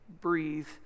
breathe